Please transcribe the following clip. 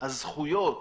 הזכויות